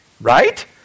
right